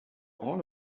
all